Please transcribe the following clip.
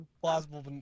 plausible